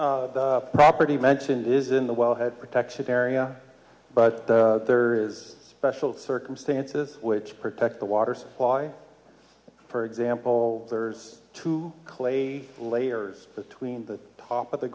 some property mentioned is in the wellhead protection area but there is special circumstances which protect the water supply for example there's two clay layers between the top of the